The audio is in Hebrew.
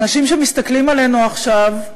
אנשים שמסתכלים עלינו עכשיו,